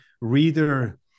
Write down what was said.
reader